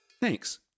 Thanks